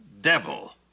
devil